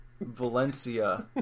Valencia